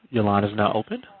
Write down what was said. your line is now open.